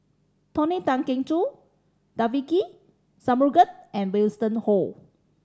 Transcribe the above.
Tony Tan Keng Joo Devagi Sanmugam and Winston Oh